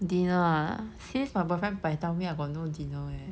dinner ah since my boyfriend paitao me I got no dinner leh